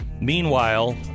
Meanwhile